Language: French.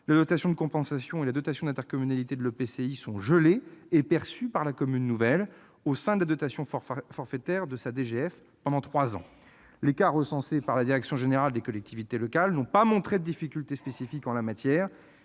la dotation de compensation et la dotation d'intercommunalité de l'EPCI sont gelées et perçues par la commune nouvelle, au sein de la dotation forfaitaire de sa DGF, pendant trois ans. Les cas recensés par la direction générale des collectivités locales n'ont pas montré de difficultés spécifiques en la matière,